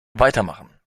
weitermachen